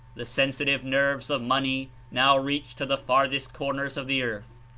the sensitive nerves of money now reach to the farthest corners of the earth.